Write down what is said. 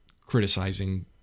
criticizing